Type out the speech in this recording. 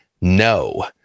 no